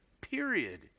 period